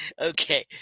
Okay